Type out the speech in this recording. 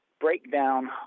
breakdown